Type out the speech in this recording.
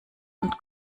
und